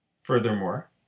Furthermore